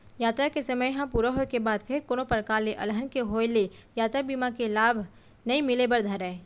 यातरा के समे ह पूरा होय के बाद फेर कोनो परकार ले अलहन के होय ले यातरा बीमा के लाभ नइ मिले बर धरय